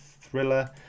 thriller